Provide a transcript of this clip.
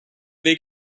they